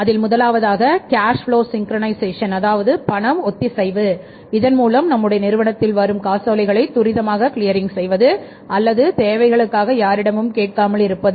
அதில் முதலாவதாக செய்வது அல்லது தேவைகளுக்காக யாரிடமும் கேட்காமல் இருப்பது